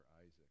Isaac